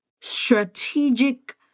strategic